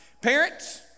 Parents